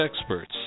experts